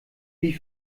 wie